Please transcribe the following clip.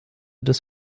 des